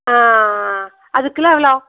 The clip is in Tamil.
அது கிலோ எவ்வளோ